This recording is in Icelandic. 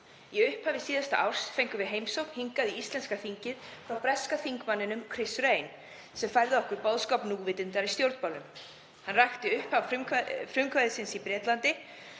Í upphafi síðasta árs fengum við heimsókn hingað í þingið frá breska þingmanninum Chris Ruane sem færði okkur boðskap núvitundar í stjórnmálum. Hann rakti upphaf frumkvæðisins í Bretlandi